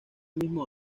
mismo